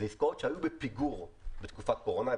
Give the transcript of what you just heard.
אלה עסקאות שהיו בפיגור בתקופת קורונה,